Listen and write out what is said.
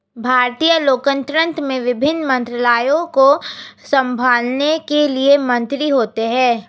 भारतीय लोकतंत्र में विभिन्न मंत्रालयों को संभालने के लिए मंत्री होते हैं